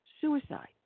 suicide